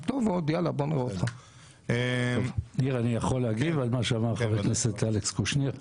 אני יכול להגיב על מה שאמר חבר הכנסת אלכס קושניר?